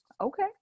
okay